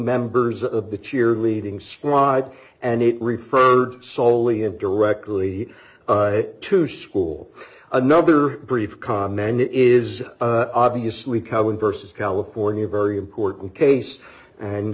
members of the cheerleading squad and it referred soley in directly to school another brief comment it is obviously cowan versus california a very important case and